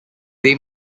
they